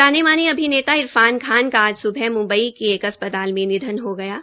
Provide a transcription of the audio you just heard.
जाने माने अभिनेता इरफान खान का आज स्बह म्ंबई के एक अस्पताल में निधन हो गया है